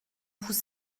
vous